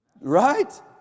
Right